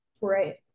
right